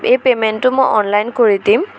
এই পে'মেণ্টো মই অনলাইন কৰি দিম